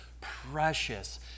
precious